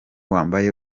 wambaye